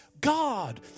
God